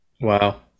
Wow